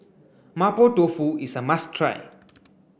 Mapo Tofu is a must try